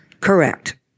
Correct